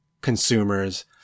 consumers